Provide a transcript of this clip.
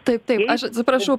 taip taip aš atsiprašau